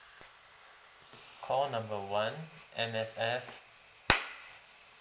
call number one M_S_F